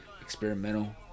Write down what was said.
Experimental